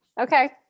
Okay